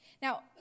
Now